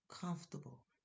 comfortable